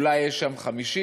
אולי יש שם 50,